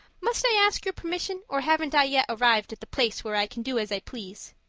must i ask your permission, or haven't i yet arrived at the place where i can do as i please?